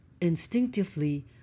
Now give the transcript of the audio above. Instinctively